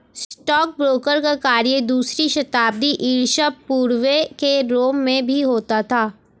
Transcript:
stockbroker का कार्य दूसरी शताब्दी ईसा पूर्व के रोम में भी होता था